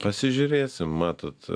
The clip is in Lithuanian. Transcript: pasižiūrėsim matot